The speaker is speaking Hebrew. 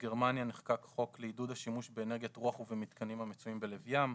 בגרמניה נחקק חוק לעידוד השימוש באנרגיית רוח ובמתקנים המצויים בלב ים.